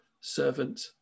servant